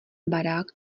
barák